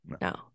No